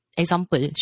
example